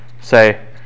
say